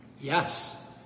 Yes